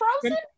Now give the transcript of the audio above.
frozen